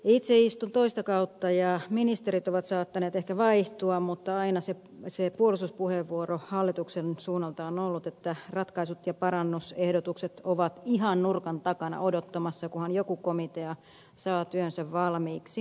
itse istun toista kautta ja ministerit ovat saattaneet ehkä vaihtua mutta aina se puolustuspuheenvuoro hallituksen suunnalta on ollut että ratkaisut ja parannusehdotukset ovat ihan nurkan takana odottamassa kunhan joku komitea saa työnsä valmiiksi